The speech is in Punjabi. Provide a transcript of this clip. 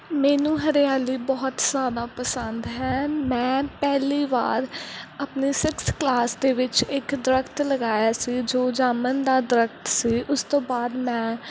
ਮੈਨੂੰ ਹਰਿਆਲੀ ਬਹੁਤ ਜ਼ਿਆਦਾ ਪਸੰਦ ਹੈ ਮੈਂ ਪਹਿਲੀ ਵਾਰ ਆਪਣੇ ਸਿਕਸਤ ਕਲਾਸ ਦੇ ਵਿੱਚ ਇੱਕ ਦਰਖਤ ਲਗਾਇਆ ਸੀ ਜੋ ਜਾਮਣ ਦਾ ਦਰਖਤ ਸੀ ਉਸ ਤੋਂ ਬਾਅਦ ਮੈਂ